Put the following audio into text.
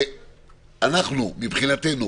מבחינתנו,